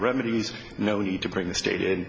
remedies no need to bring the state